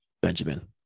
Benjamin